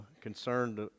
concerned